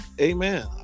Amen